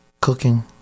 Cooking